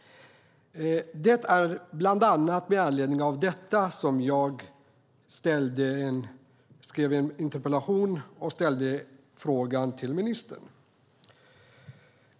Det är bland annat med anledning av detta jag skrev en interpellation och ställde frågan till ministern.